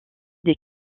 des